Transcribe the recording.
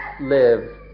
live